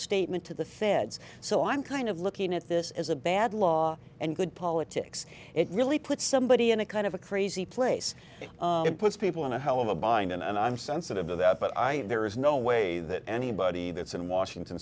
statement to the feds so i'm kind of looking at this as a bad law and good politics it really puts somebody in a kind of a crazy place puts people in a hell of a bind and i'm sensitive to that but i there is no way that anybody that's in washington